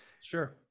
Sure